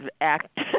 act